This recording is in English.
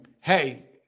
hey